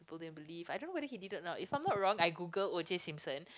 go and believe I don't know whether he did it or not if I'm not wrong I Google OJ-Simpson